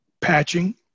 patching